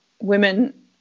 women